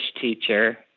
teacher